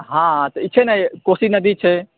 हाँ ई छै ने कोशी नदी छै